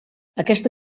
aquesta